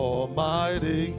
Almighty